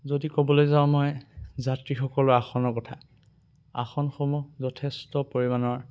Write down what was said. যদি ক'বলৈ যাওঁ মই যাত্ৰীসকলৰ আসনৰ কথা আসনসমূহ যথেষ্ট পৰিমাণৰ